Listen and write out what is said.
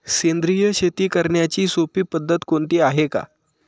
सेंद्रिय शेती करण्याची सोपी पद्धत कोणती आहे का?